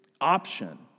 option